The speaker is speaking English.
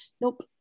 nope